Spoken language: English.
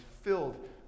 filled